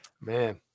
Man